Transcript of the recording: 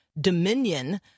dominion